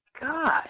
God